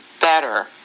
better